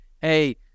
hey